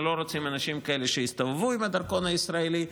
אנחנו לא רוצים שאנשים כאלה יסתובבו עם הדרכון הישראלי,